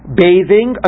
bathing